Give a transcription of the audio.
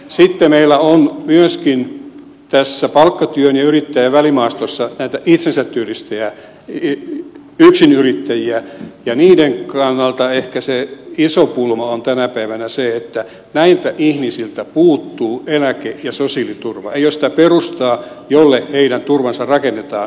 sitten meillä on myöskin tässä palkkatyön ja yrittäjän välimaastossa näitä itsensä työllistäjiä yksinyrittäjiä ja niiden kannalta ehkä se iso pulma on tänä päivänä se että näiltä ihmisiltä puuttuu eläke ja sosiaaliturva ei ole sitä perustaa jolle heidän turvansa rakennetaan